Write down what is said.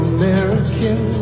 American